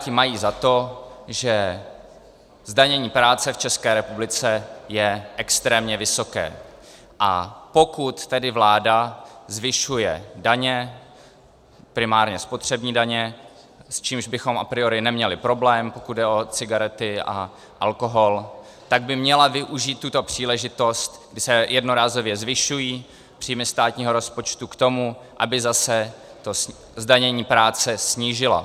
Piráti mají za to, že zdanění práce v České republice je extrémně vysoké, a pokud tedy vláda zvyšuje daně, primárně spotřební daně, s čímž bychom a priori neměli problém, pokud jde o cigarety a alkohol, tak by měla využít tuto příležitost, kdy se jednorázově zvyšují příjmy státního rozpočtu, k tomu, aby zase zdanění práce snížila.